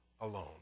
alone